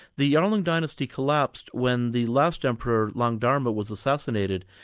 the yarlung dynasty collapsed when the last emperor, lang dharma was assassinated.